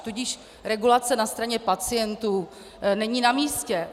Tudíž regulace na straně pacientů není namístě.